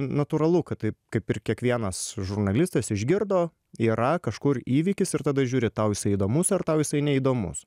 natūralu kad taip kaip ir kiekvienas žurnalistas išgirdo yra kažkur įvykis ir tada žiūri tau jisai įdomus ar tau jisai neįdomus